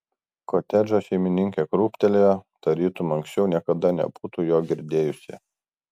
kotedžo šeimininkė krūptelėjo tarytum anksčiau niekada nebūtų jo girdėjusi